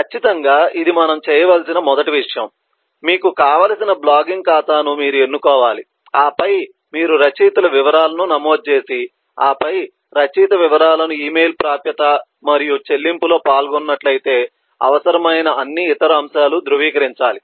ఖచ్చితంగా ఇది మనము చేయవలసిన మొదటి విషయం మీకు కావలసిన బ్లాగింగ్ ఖాతాను మీరు ఎన్నుకోవాలి ఆపై మీరు రచయితల వివరాలను నమోదు చేసి ఆపై రచయిత వివరాలను ఇమెయిల్ ప్రాప్యత మరియు చెల్లింపులో పాల్గొన్నట్లయితే అవసరమైన అన్ని ఇతర అంశాలు ధృవీకరించాలి